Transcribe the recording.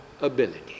ability